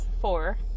Four